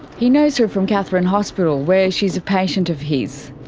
he knows her from katherine hospital where she is a patient of his.